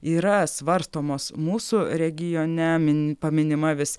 yra svarstomos mūsų regione mini paminima vis